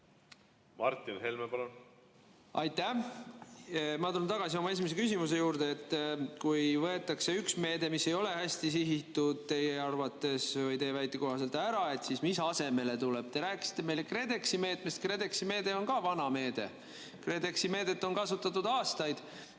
Martin Helme, palun!